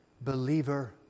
believer